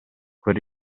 quel